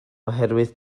oherwydd